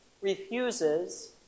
refuses